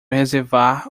reservar